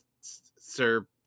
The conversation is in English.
Sir